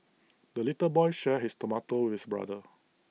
the little boy shared his tomato with brother